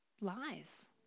lies